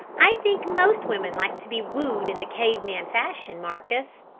i think most women like to be wooed in the cave-man fashion, marcus.